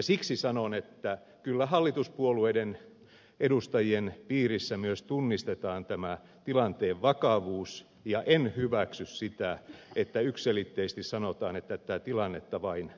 siksi sanon että kyllä hallituspuolueiden edustajien piirissä myös tunnistetaan tämä tilanteen vakavuus ja en hyväksy sitä että yksiselitteisesti sanotaan että tätä tilannetta vain vähätellään